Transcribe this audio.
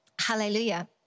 Hallelujah